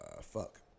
fuck